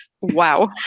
Wow